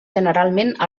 generalment